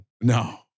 No